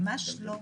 ממש לא.